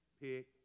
pick